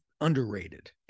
Underrated